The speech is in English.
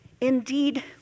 Indeed